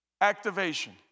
Activation